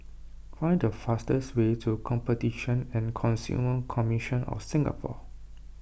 find the fastest way to Competition and Consumer Commission of Singapore